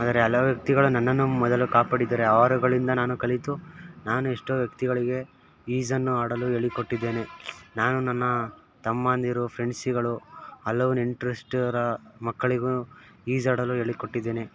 ಆದರೆ ಹಲವು ವ್ಯಕ್ತಿಗಳು ನನ್ನನ್ನು ಮೊದಲು ಕಾಪಾಡಿದ್ದಾರೆ ಅವರುಗಳಿಂದ ನಾನು ಕಲಿತು ನಾನು ಎಷ್ಟೋ ವ್ಯಕ್ತಿಗಳಿಗೆ ಈಜನ್ನು ಆಡಲು ಹೇಳಿ ಕೊಟ್ಟಿದ್ದೇನೆ ನಾನು ನನ್ನ ತಮ್ಮಂದಿರು ಫ್ರೆಂಡ್ಸುಗಳು ಹಲವು ನೆಂಟ್ರಿಷ್ಟರ ಮಕ್ಕಳಿಗೂ ಈಜಾಡಲು ಹೇಳಿಕೊಟ್ಟಿದ್ದೇನೆ